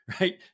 right